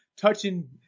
touching